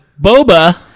boba